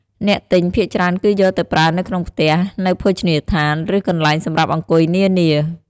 អ្នកទិញភាគច្រើនគឺយកទៅប្រើនៅក្នុងផ្ទះ នៅភោជនីយដ្ឋាន ឬកន្លែងសម្រាប់អង្គុយនានា។